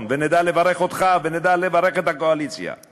ונדע לברך אותך ונדע לברך את הקואליציה,